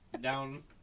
down